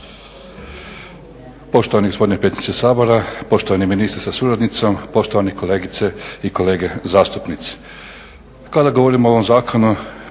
Poštovani gospodine predsjedniče Sabora, poštovani ministre sa suradnicom, poštovani kolegice i kolege zastupnici. Kada govorim o ovom zakonu